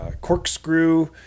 corkscrew